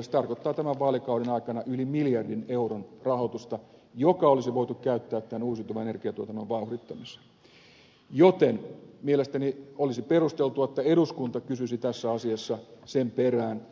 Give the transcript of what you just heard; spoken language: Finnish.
se tarkoittaa tämän vaalikauden aikana yli miljardin euron rahoitusta joka olisi voitu käyttää uusiutuvan energiantuotannon vauhdittamiseen joten mielestäni olisi perusteltua että eduskunta kysyisi tässä asiassa sen perään